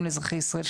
גם לאזרחי ישראל,